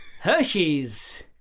Hershey's